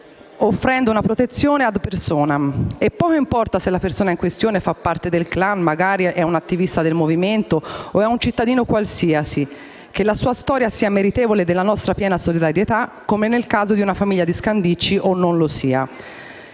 offrendo una protezione *ad personam*. Poco importa se la persona in questione fa parte del *clan* - magari è un attivista del movimento - o è un cittadino qualsiasi, che la sua storia sia meritevole della nostra piena solidarietà, come nel caso di una famiglia di Scandicci, o non lo sia.